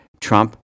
Trump